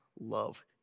love